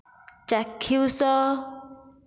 ଚାକ୍ଷୁଷ